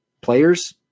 players